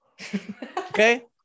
Okay